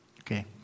Okay